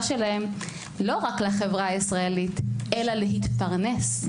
שלהם לא רק לחברה הישראלית אלא להתפרנס,